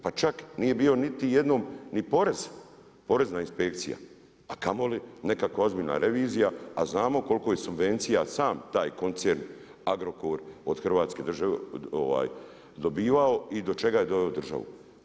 Pa čak nije bio niti jednom ni porez, porezna inspekcija, a kamoli nekakva ozbiljna revizija, a znamo koliko subvencija sam taj koncern Agrokor od Hrvatske države, dobivao i do čega je doveo državu.